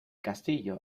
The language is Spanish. castillo